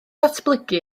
ddatblygu